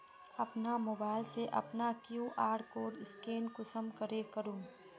अपना मोबाईल से अपना कियु.आर कोड स्कैन कुंसम करे करूम?